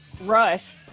Rush